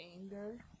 anger